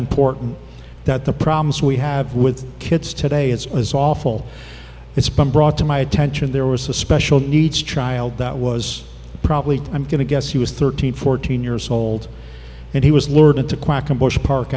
important that the problems we have with kids today it's as awful it's been brought to my attention there was a special needs child that was probably i'm going to guess he was thirteen fourteen years old and he was lured into quackenbush park